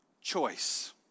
choice